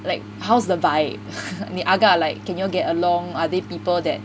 like how's the vibe 你 agak like can you get along are they people that